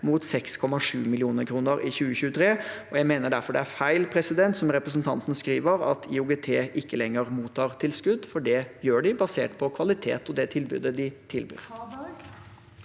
mot 6,7 mill. kr i 2023. Jeg mener derfor det er feil, det representanten skriver om at IOGT ikke lenger mottar tilskudd, for det gjør de, basert på kvalitet og det tilbudet de tilbyr.